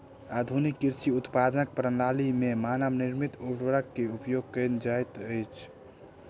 आधुनिक कृषि उत्पादनक प्रणाली में मानव निर्मित उर्वरक के उपयोग कयल जाइत अछि